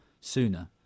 sooner